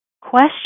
Question